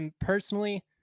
Personally